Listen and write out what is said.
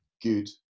good